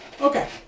Okay